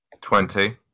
Twenty